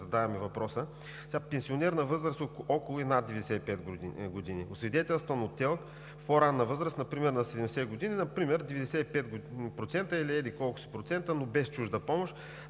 задаваме въпроса. Пенсионер на възраст около и над 95 години, освидетелстван от ТЕЛК в по-ранна възраст – например на 70 години, с 95% или еди-колко си процента, но без чужда помощ,